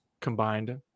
combined